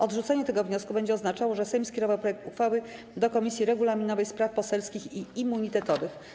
Odrzucenie tego wniosku będzie oznaczało, że Sejm skierował projekt uchwały do Komisji Regulaminowej, Spraw Poselskich i Immunitetowych.